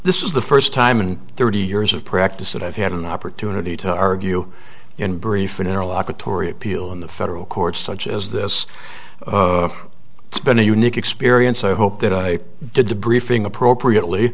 this was the first time in thirty years of practice that i've had an opportunity to argue in brief an interlock atory appeal in the federal courts such as this it's been a unique experience i hope that i did the briefing appropriately